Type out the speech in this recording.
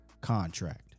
contract